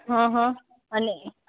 હંહં અને